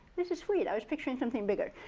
this is sweet. i was picturing something bigger.